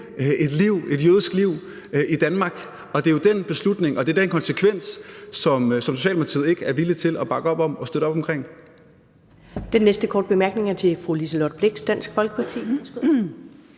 at leve et jødisk liv i Danmark. Det er jo den beslutning, og det er den konsekvens, som Socialdemokratiet ikke er villig til at støtte op om.